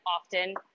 often